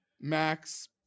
max